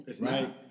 right